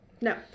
No